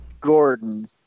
Gordon